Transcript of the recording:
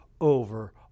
over